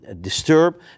disturb